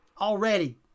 already